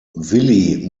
willy